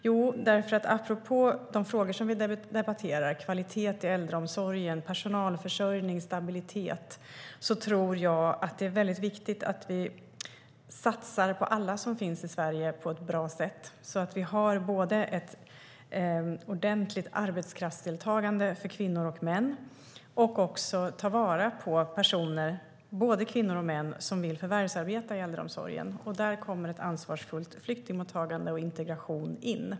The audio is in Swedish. Jo, apropå de frågor som vi debatterar - kvalitet i äldreomsorgen, personalförsörjning och stabilitet - tror jag att det är viktigt att vi satsar på ett bra sätt på alla som finns i Sverige så att vi har ett ordentligt arbetskraftsdeltagande för kvinnor och män och även tar vara på personer, både kvinnor och män, som vill förvärvsarbeta i äldreomsorgen. Där kommer ett ansvarsfullt flyktingmottagande och integration in.